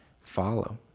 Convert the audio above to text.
follow